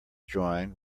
join